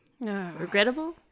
Regrettable